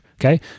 Okay